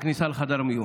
בכניסה לחדר המיון.